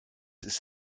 ist